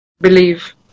believe